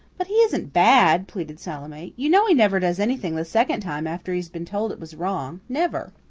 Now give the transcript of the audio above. but he isn't bad, pleaded salome. you know he never does anything the second time after he has been told it was wrong, never.